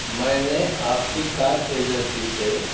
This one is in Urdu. میں نے آپ کی کار ایجنسی سے